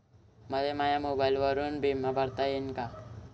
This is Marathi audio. मले माया मोबाईलवरून बिमा भरता येईन का?